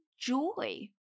joy